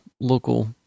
local